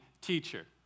teacher